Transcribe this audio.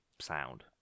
sound